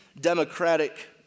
Democratic